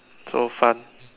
so fun